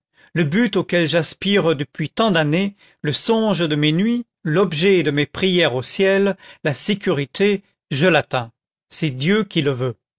le but auquel j'aspire depuis tant d'années le songe de mes nuits l'objet de mes prières au ciel la sécurité je l'atteins c'est dieu qui le veut